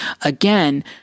Again